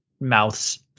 mouth's